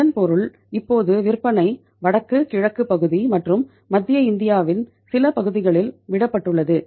இதன் பொருள் இப்போது விற்பனை வடக்கு கிழக்கு பகுதி மற்றும் மத்திய இந்தியாவின் சில பகுதிகளில் விடப்பட்டுள்ளது